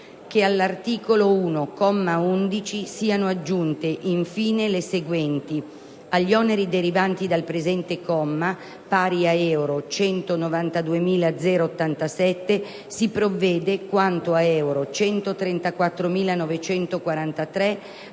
che all'articolo 1, comma 11, siano aggiunte in fine le seguenti: "Agli oneri derivanti dal presente comma pari a euro 192.087, si provvede quanto a euro 134.943